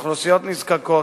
לאוכלוסיות נזקקות,